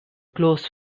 close